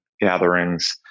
gatherings